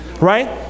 right